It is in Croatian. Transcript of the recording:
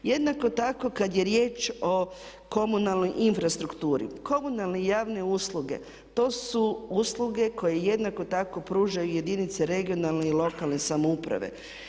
Jednako tako kad je riječ o komunalnoj infrastrukturi, komunalne javne usluge, to su usluge koje jednako tako pružaju jedinice regionalne i lokalne samouprave.